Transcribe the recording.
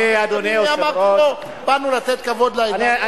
אמרתי לו שבאנו לתת כבוד לעדה,